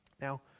Now